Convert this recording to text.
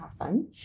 Awesome